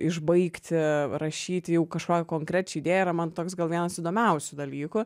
išbaigti rašyti jau kažkokią konkrečią idėją yra man toks gal vienas įdomiausių dalykų